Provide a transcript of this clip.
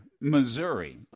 Missouri